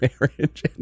marriage